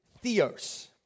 theos